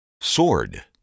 Sword